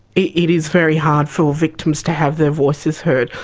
it it is very hard for victims to have their voices heard,